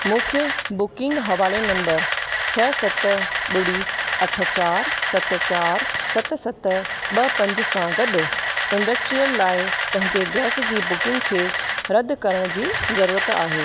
मूंखे बुकिंग हवाले नंबर छह सत ॿुड़ी अठ चार सत चार सत सत ॿ पंज सां गॾु इंडस्ट्रियल लाइ पंहिंजे गैस जी बुकिंग खे रदि करण जी ज़रूरत आहे